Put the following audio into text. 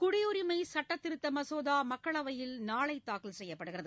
குடியுரிமை சட்டதிருத்த மசோதா மக்களவையில் நாளை தாக்கல் செய்யப்படுகிறது